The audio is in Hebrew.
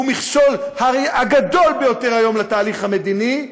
הוא המכשול הגדול ביותר היום לתהליך המדיני,